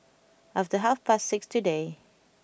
after half past six today